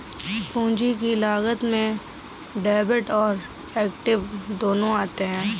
पूंजी की लागत में डेब्ट और एक्विट दोनों आते हैं